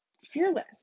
fearless